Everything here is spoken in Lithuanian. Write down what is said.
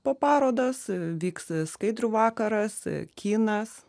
po parodas vyks skaidrų vakaras kinas